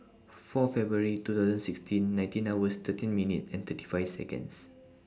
four February two thousand sixteen nineteen hours thirty minutes and thirty five Seconds